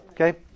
Okay